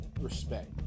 respect